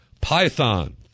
Python